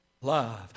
love